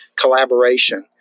collaboration